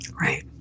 right